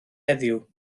heddiw